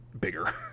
bigger